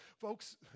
Folks